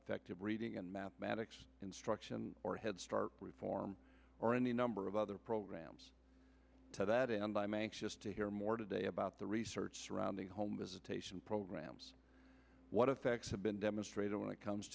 effective reading and mathematics instruction or head start form or any number of other programs to that end i'm anxious to hear more today about the research surrounding home visitation programs what effects have been demonstrated when it comes